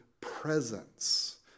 presence